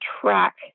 track